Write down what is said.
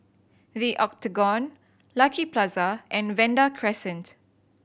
The Octagon Lucky Plaza and Vanda Crescent